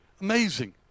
Amazing